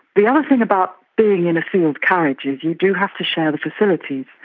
the other thing about being in a sealed carriage is you do have to share the facilities,